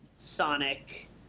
Sonic